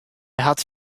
hat